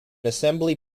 assembly